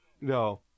no